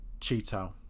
Cheeto